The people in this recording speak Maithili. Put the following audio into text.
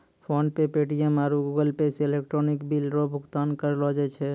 फोनपे पे.टी.एम आरु गूगलपे से इलेक्ट्रॉनिक बिल रो भुगतान करलो जाय छै